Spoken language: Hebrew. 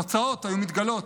התוצאות היו מתגלות?